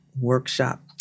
workshop